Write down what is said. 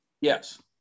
Yes